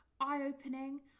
eye-opening